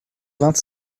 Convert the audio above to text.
vingt